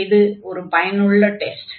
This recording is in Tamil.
இது ஒரு பயனுள்ள டெஸ்ட்